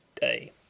Day